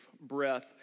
breath